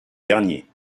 dernier